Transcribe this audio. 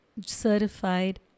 certified